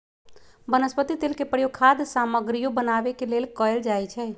वनस्पति तेल के प्रयोग खाद्य सामगरियो बनावे के लेल कैल जाई छई